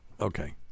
Okay